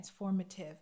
transformative